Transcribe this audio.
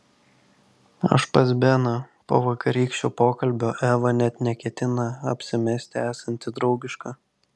aš pas beną po vakarykščio pokalbio eva net neketina apsimesti esanti draugiška